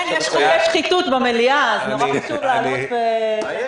אני מבקש לסיים